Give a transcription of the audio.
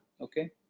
Okay